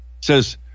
Says